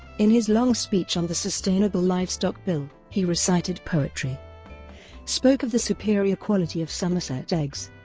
in his long speech on the sustainable livestock bill, he recited poetry spoke of the superior quality of somerset eggs,